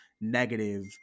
negative